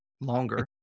longer